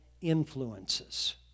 influences